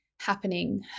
happening